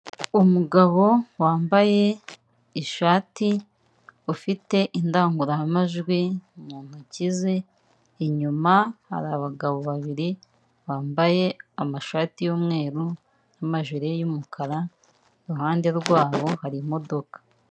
Umugabo wambaye ishati ufite indangurumajwi mu ntoki ze, inyuma hari abagabo babiri bambaye amashati y'umweru n'amajiri y'umukara iruhande rwabo hari imodoka.